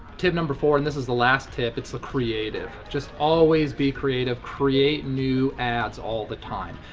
tip number four, and this is the last tip, it's the creative. just always be creative. create new ads all the time.